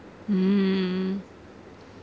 mm